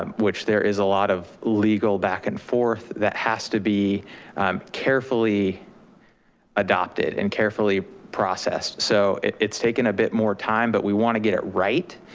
um which there is a lot of legal back and forth that has to be carefully adopted and carefully processed. so it's taken a bit more time, but we wanna get it right.